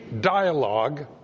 dialogue